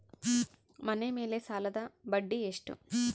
ಮನೆ ಮೇಲೆ ಸಾಲದ ಬಡ್ಡಿ ಎಷ್ಟು?